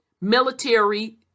military